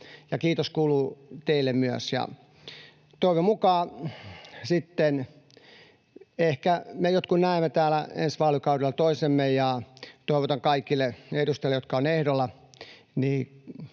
Kiitos kuuluu myös teille. Ja toivon mukaan sitten ehkä me jotkut näemme täällä ensi vaalikaudella toisemme. Toivotan kaikille edustajille, jotka ovat ehdolla,